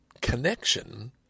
connection